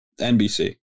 NBC